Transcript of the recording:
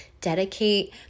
dedicate